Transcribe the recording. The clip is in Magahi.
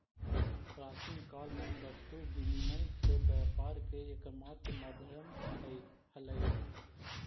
प्राचीन काल में वस्तु विनिमय से व्यापार के एकमात्र माध्यम हलइ